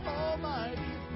almighty